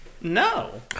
No